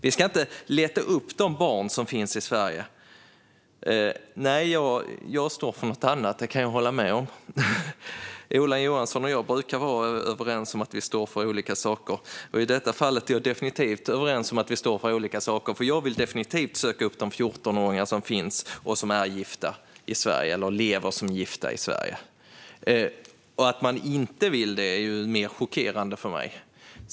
Vi ska inte leta upp de barn som finns i Sverige. Jag står för något annat. Det kan jag hålla med om. Ola Johansson och jag brukar vara överens om att vi står för olika saker. I detta fall är jag definitivt överens om att vi står för olika saker. Jag vill söka upp de 14åringar som finns som är gifta i Sverige eller lever som gifta i Sverige. Att man inte vill det är mer chockerande för mig.